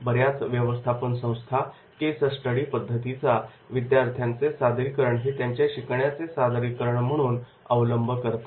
बऱ्याच व्यवस्थापन संस्था केस स्टडी पद्धतीचा विद्यार्थ्यांचे सादरीकरण हे त्यांच्या शिकण्याचे सादरीकरण म्हणून अवलंब करतात